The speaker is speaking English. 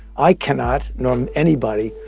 i cannot, nor um anybody,